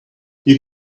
you